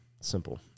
Simple